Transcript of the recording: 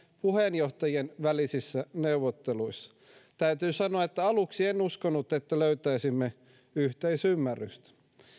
puheenjohtajien välisissä neuvotteluissa täytyy sanoa että aluksi en uskonut että löytäisimme yhteisymmärrystä